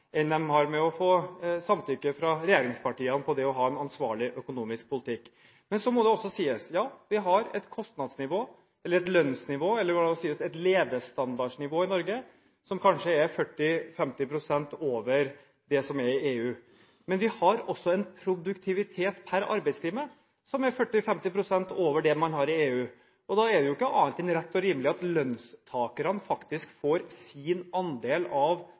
enn han har med å få samtykke fra regjeringspartiene med hensyn til det å ha en ansvarlig økonomisk politikk. Men så må det også sies at ja, vi har et kostnadsnivå – hva skal jeg si, et lønnsnivå eller et levestandardnivå – i Norge som kanskje er 40–50 pst. over det som er i EU. Men vi har også en produktivitet per arbeidstime som er 40–50 pst. over det man har i EU. Da er det jo ikke annet enn rett og rimelig at lønnstakerne faktisk får sin andel av